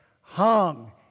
hung